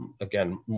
again